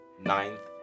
ninth